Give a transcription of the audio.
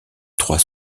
trois